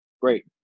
Great